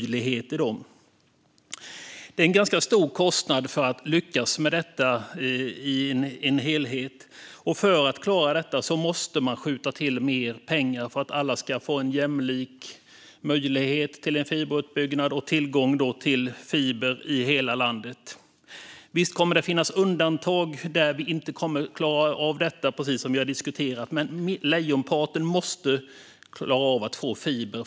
Kostnaden för att lyckas med detta är ganska stor. För att klara det måste man skjuta till mer pengar för att alla i hela landet ska få en jämlik möjlighet till fiberutbyggnad och tillgång till fiber. Visst kommer det att finnas undantag där man inte kommer att klara av detta, precis som vi har diskuterat, men lejonparten måste få fiber.